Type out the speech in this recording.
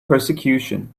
persecution